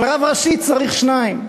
אבל רב ראשי צריך שניים,